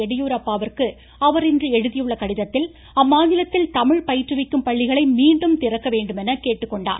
எடியூரப்பாவிற்கு அவர் இன்று எழுதியுள்ள கடிதத்தில் அம்மாநிலத்தில் தமிழ் பயிற்றுவிக்கும் பள்ளிகளை மீண்டும் திறக்க வேண்டும் என கேட்டுக்கொண்டுள்ளார்